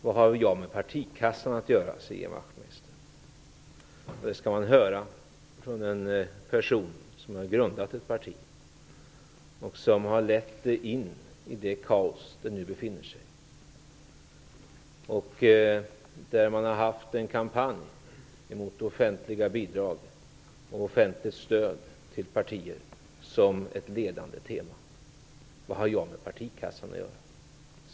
Vag har jag med partikassan att göra? frågar Ian Wachtmeister. Det skall man höra från en person som har grundat ett parti och som har lett det in i det kaos det nu befinner sig i. Det partiet har haft en kampanj mot offentliga bidrag och offentligt stöd till partier som ett ledande tema. Vad har jag med partikassan att göra?